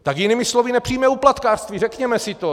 Tak jinými slovy nepřijme úplatkářství, řekněme si to.